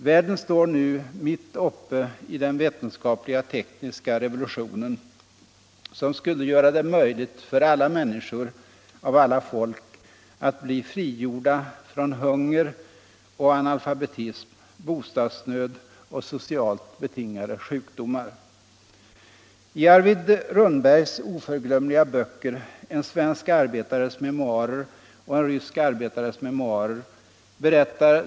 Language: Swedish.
Världen står nu mitt uppe i den vetenskapliga-tekniska revolutionen, som skulle göra det möjligt för alla människor av alla folk att bli frigjorda från hunger och analfabetism, bostadsnöd och socialt betingade sjukdomar.